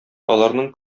аларның